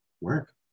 work